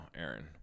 Aaron